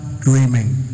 dreaming